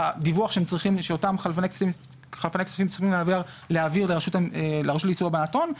הדיווח של אותם חלפני כספים צריכים להעביר לרשות לאיסור הלבנת הון,